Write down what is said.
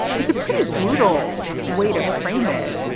it's a pretty brutal way to frame it.